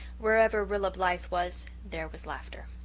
wherever rilla blythe was, there was laughter.